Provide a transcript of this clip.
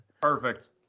Perfect